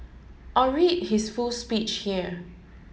or read his full speech here